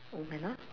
oh meh lah